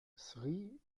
sri